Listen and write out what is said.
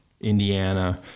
Indiana